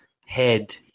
head